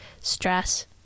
stress